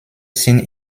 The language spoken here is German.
sind